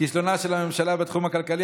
כישלונה של הממשלה בתחום הכלכלי,